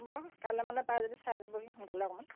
হ'ব কালিলৈ মানে পাৰে যদি চাই লবহি সোনকালে অকনমান